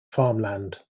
farmland